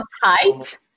height